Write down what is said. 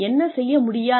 என்ன செய்ய முடியாது